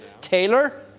Taylor